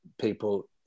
people